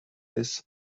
this